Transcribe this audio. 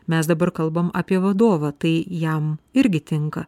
mes dabar kalbam apie vadovą tai jam irgi tinka